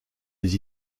des